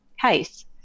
case